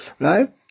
right